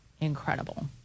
incredible